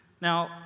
Now